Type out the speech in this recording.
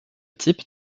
type